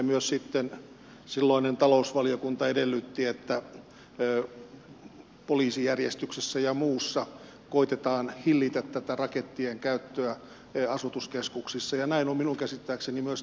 myös sitten silloinen talousvaliokunta edellytti että poliisijärjestyksessä ja muussa koe tetaan hillitä tätä rakettien käyttöä asutuskeskuksissa ja näin on minun käsittääkseni myös tapahtunut